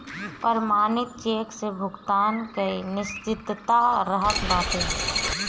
प्रमाणित चेक से भुगतान कअ निश्चितता रहत बाटे